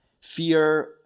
Fear